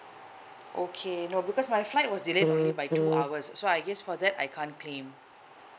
okay no because my flight was delayed only by two hours so I guess for that I can't claim